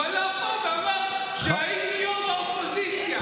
הוא עלה לפה ואמר: כשהייתי ראש האופוזיציה,